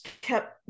kept